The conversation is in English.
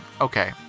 Okay